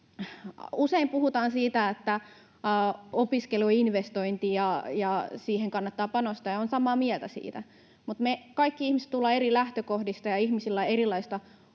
Usein puhutaan siitä, että opiskelu on investointi ja siihen kannattaa panostaa, ja olen samaa mieltä siitä, mutta kaikki me ihmiset tullaan eri lähtökohdista, ja ihmisillä on erilaista